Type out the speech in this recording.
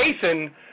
Jason